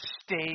Stay